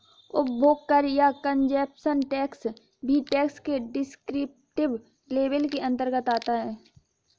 उपभोग कर या कंजप्शन टैक्स भी टैक्स के डिस्क्रिप्टिव लेबल के अंतर्गत आता है